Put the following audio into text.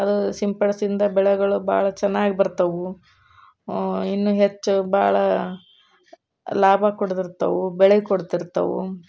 ಅದು ಸಿಂಪಡಿಸಿದ ಬೆಳೆಗಳು ಭಾಳ ಚೆನ್ನಾಗಿ ಬರ್ತವೆ ಇನ್ನೂ ಹೆಚ್ಚು ಭಾಳ ಲಾಭ ಕೊಡ್ತಿರ್ತವೆ ಬೆಳೆ ಕೊಡ್ತಿರ್ತವೆ